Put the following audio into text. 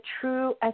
true